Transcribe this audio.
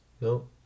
No